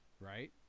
right